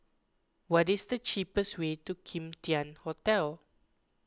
what is the cheapest way to Kim Tian Hotel